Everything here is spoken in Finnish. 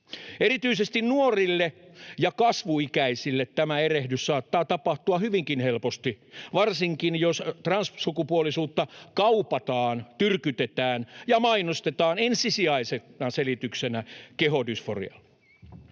Erityisesti nuorille ja kasvuikäisille tämä erehdys saattaa tapahtua hyvinkin helposti, varsinkin jos transsukupuolisuutta kaupataan, tyrkytetään ja mainostetaan ensisijaisena selityksenä kehodysforiaan.